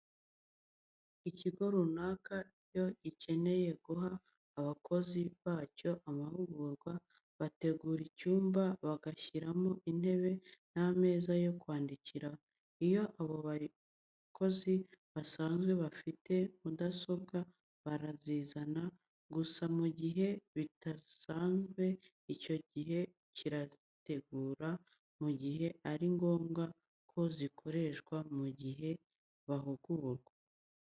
Ikigo runaka iyo gikeneye guha abakozi bacyo amahugurwa, bategura icyumba bagashyiramo intebe n'ameza yo kwandikiraho. Iyo abo bakozi basanzwe bafite mudasobwa barazizana, gusa mu gihe batazisanganwe icyo kigo kirazibategurira, mu gihe ari ngombwa ko zikoreshwa mu gihe bahugurwa.